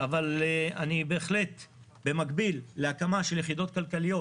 אבל במקביל להקמה של יחידות כלכליות